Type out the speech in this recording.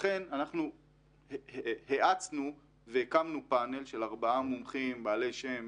לכן אנחנו האצנו והקמנו פנל של ארבעה מומחים בעלי שם